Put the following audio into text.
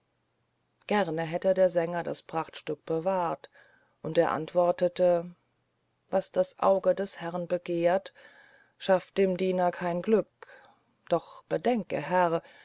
gern hätte der sänger sich das prachtstück bewahrt und er antwortete was das auge des herrn begehrt schafft dem diener kein glück doch bedenke herr